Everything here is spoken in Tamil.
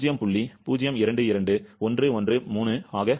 022113 ஆக வரும்